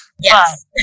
Yes